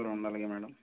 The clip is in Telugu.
ఉండాలిగా మ్యాడమ్